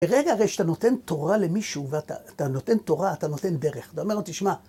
רגע, הרי שאתה נותן תורה למישהו ואתה נותן תורה, אתה נותן דרך. אתה אומר לו, תשמע...